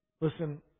Listen